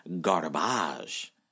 garbage